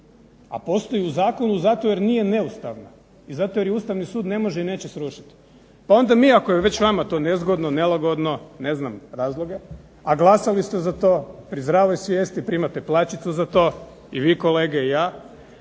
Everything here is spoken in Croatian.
A postoji u zakonu zato jer nije neustavna i zato jer je Ustavni sud ne može i neće srušiti, pa onda mi ako je već vama to nezgodno, nelagodno ne znam razloge a glasali ste za to pri zdravoj svijesti, primate plaćicu za to i vi kolege i ja